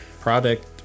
product